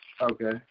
Okay